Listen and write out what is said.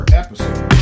episode